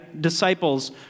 disciples